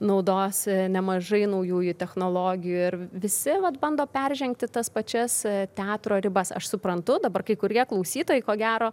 naudos nemažai naujųjų technologijų ir visi vat bando peržengti tas pačias teatro ribas aš suprantu dabar kai kurie klausytojai ko gero